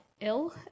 ill